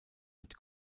mit